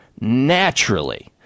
naturally